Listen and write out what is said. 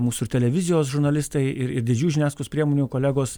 mūsų ir televizijos žurnalistai ir ir didžiųjų žiniasklaidos priemonių kolegos